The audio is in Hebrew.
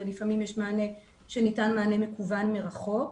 ולפעמים ניתן מענה מקוון מרחוק.